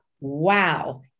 wow